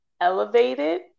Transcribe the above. elevated